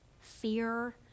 fear